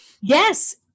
Yes